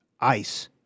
ice